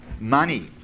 Money